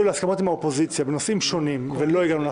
להסכמות עם האופוזיציה בנושאים שונים ולא הגענו,